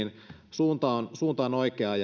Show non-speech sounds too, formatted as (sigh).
suunta on oikea (unintelligible)